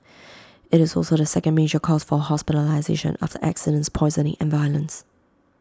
IT is also the second major cause for hospitalisation after accidents poisoning and violence